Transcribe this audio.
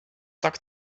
tak